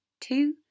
two